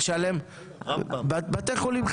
בית חולים --- בתי חולים,